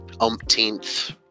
umpteenth